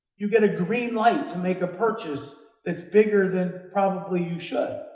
you get a green light to make a purchase that's bigger than probably you should,